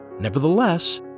Nevertheless